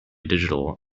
digital